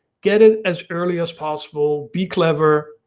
get it as early as possible, be clever,